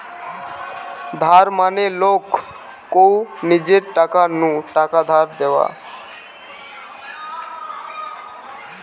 ধার মানে লোক কু নিজের টাকা নু টাকা ধার দেওয়া